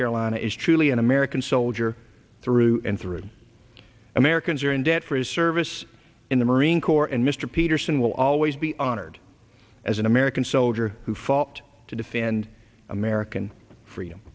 carolina is truly an american soldier through and through americans are in debt for his service in the marine corps and mr peterson will always be honored as an american soldier who fought to defend american freedom